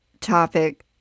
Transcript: topic